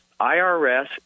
IRS